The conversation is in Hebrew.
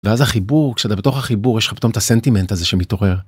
ואז החיבור כשאתה בתוך החיבור יש לך פתאום את הסנטימנט הזה שמתעורר.